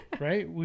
Right